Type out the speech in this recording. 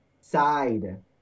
side